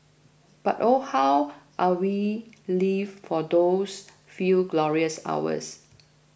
but oh how are we lived for those few glorious hours